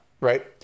right